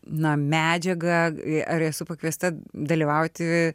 na medžiagą ar esu pakviesta dalyvauti